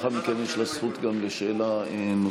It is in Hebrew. ולאחר מכן יש לה זכות גם לשאלה נוספת.